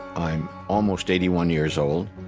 i'm almost eighty one years old,